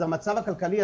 אז המצב הכלכלי,